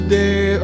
day